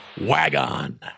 WagOn